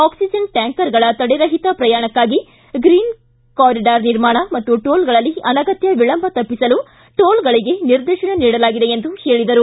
oxygen ಟ್ನಾಂಕರ್ಗಳ ತಡೆರಹಿತ ಪ್ರಯಾಣಕ್ನಾಗಿ ಗ್ರೀನ್ ಕಾರಿಡಾರ್ ನಿರ್ಮಾಣ ಮತ್ತು ಟೋಲ್ಗಳಲ್ಲಿ ಅನಗತ್ತ ವಿಳಂಬ ತಪ್ಪಿಸಲು ಟೋಲ್ಗಳಿಗೆ ನಿರ್ದೇಶನ ನೀಡಲಾಗಿದೆ ಎಂದು ಹೇಳಿದರು